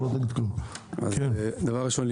דבר ראשון,